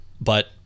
But-